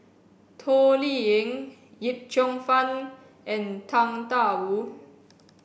Toh Liying Yip Cheong Fun and Tang Da Wu